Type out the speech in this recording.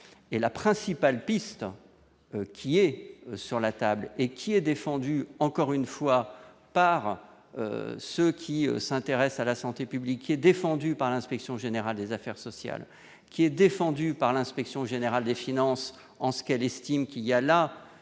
la principale piste qui est sur la table et qui est défendu, encore une fois, par ceux qui s'intéressent à la santé publique qui est défendue par l'Inspection générale des affaires sociales qui est défendue par l'Inspection générale des finances en ce qu'elle estime qu'il y a là